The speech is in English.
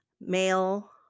male